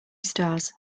stars